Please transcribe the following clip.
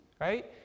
right